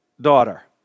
daughter